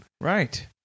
right